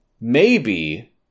maybe-